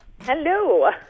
Hello